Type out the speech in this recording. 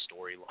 storyline